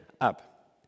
up